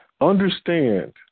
Understand